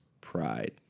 pride